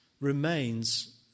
remains